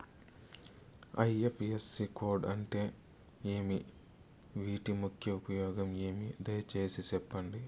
IFSC code అంటే ఏమి? వీటి ముఖ్య ఉపయోగం ఏమి? దయసేసి సెప్పండి?